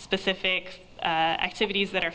specific activities that are